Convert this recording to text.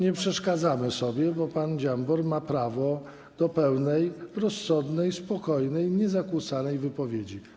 Nie przeszkadzamy sobie, bo pan Dziambor ma prawo do pełnej, rozsądnej, spokojnej i niezakłóconej wypowiedzi.